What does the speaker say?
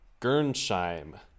Gernsheim